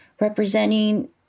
representing